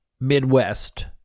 Midwest